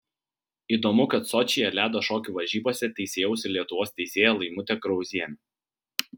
įdomu kad sočyje ledo šokių varžybose teisėjaus ir lietuvos teisėja laimutė krauzienė